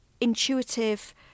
intuitive